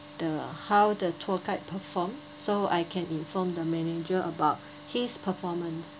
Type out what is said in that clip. the how the tour guide perform so I can inform the manager about his performance